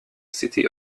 city